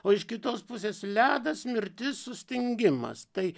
o iš kitos pusės ledas mirtis sustingimas tai